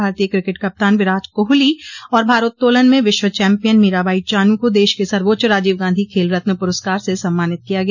भारतीय क्रिकेट कप्तान विराट कोहली और भारोत्तोलन में विश्व चम्पियन मीराबाई चानू को देश के सर्वोच्च राजीव गांधी खेल रत्न पुरस्कार से सम्मानित किया गया